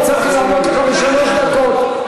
הוא צריך לענות לך בשלוש דקות.